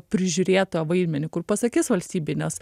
prižiūrėtojo vaidmenį kur pasakys valstybei nes